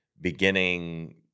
beginning